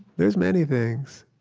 there's many things.